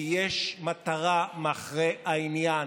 כי יש מטרה מאחורי העניין,